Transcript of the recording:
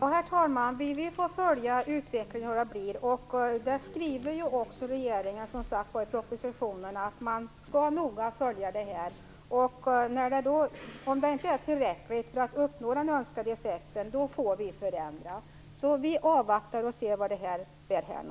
Herr talman! Vi får följa utvecklingen och se hur det blir. Där skriver också regeringen i propositionen; man skall noga följa det här. Om inte den önskade effekten uppnås, får det bli en förändring. Vi avvaktar och ser vart det bär hän.